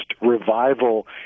revival